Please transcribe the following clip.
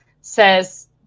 says